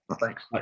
thanks